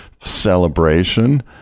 celebration